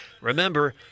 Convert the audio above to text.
Remember